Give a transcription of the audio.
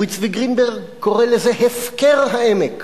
אורי צבי גרינברג קורא לזה "הפקר העמק",